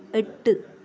എട്ട്